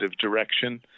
direction